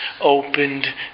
opened